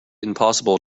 impossible